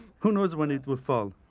who knows when it will fall?